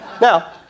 Now